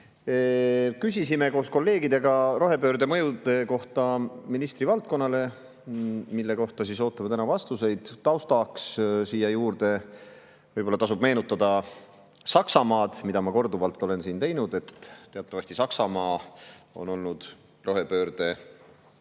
Küsisime koos kolleegidega rohepöörde mõju kohta ministri valdkonnale, mille kohta siis ootame täna vastuseid. Taustaks tasub siia juurde võib-olla meenutada Saksamaad. Ma olen seda korduvalt siin teinud. Teatavasti on Saksamaa olnud rohepöörde